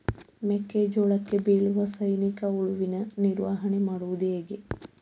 ಮೆಕ್ಕೆ ಜೋಳಕ್ಕೆ ಬೀಳುವ ಸೈನಿಕ ಹುಳುವಿನ ನಿರ್ವಹಣೆ ಮಾಡುವುದು ಹೇಗೆ?